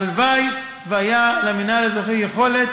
הלוואי שהייתה למינהל האזרחי יכולת